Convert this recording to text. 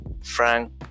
Frank